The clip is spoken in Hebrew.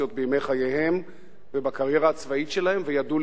חייהם ובקריירה הצבאית שלהם וידעו להתאפק.